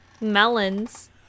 melons